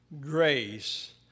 grace